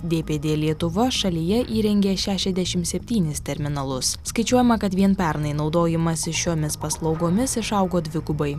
dpd lietuva šalyje įrengė šešiasdešimt septynis terminalus skaičiuojama kad vien pernai naudojimasis šiomis paslaugomis išaugo dvigubai